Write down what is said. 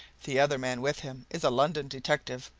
the other man with him is a london detective.